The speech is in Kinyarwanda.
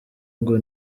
ngo